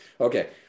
Okay